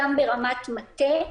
גם ברמת מטה.